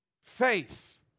Faith